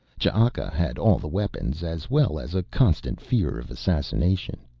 ch'aka had all the weapons as well as a constant fear of assassination.